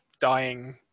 dying